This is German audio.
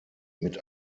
mit